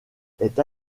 est